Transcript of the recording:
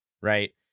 right